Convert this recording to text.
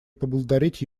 поблагодарить